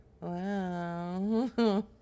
wow